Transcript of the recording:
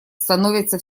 становится